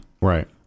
right